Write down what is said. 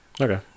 okay